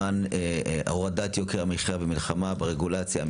למען הורדת יוקר המחיה ומלחמה ברגולציה.